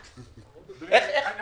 אני לא רוצה לומר דבר לא מדויק.